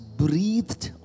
breathed